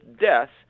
deaths